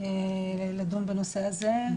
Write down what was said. לדון בנושא הזה.